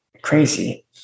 crazy